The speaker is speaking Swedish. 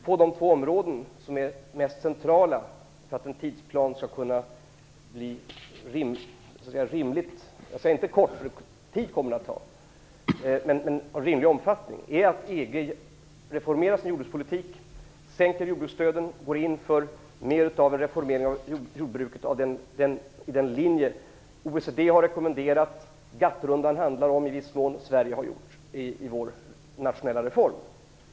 På de två områden som är mest centrala för att en tidsplan skall få en rimlig omfattning - inte kort, för tid kommer det att ta - är att EG reformerar sin jordbrukspolitik, sänker jordbruksstöden, går in för mer av en reformering av jordbruket efter den linje OECD har rekommenderat och som GATT-rundan i viss mån handlar om och som vi i Sverige har gjort i vår nationella reform.